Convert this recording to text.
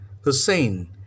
Hussein